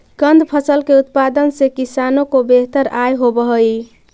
कंद फसल के उत्पादन से किसानों को बेहतर आय होवअ हई